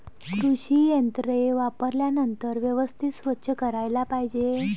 कृषी यंत्रे वापरल्यानंतर व्यवस्थित स्वच्छ करायला पाहिजे